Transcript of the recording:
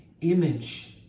image